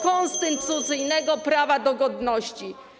konstytucyjnego prawa do godności.